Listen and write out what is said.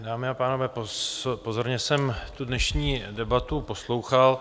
Dámy a pánové, pozorně jsem dnešní debatu poslouchal.